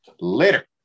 later